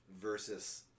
versus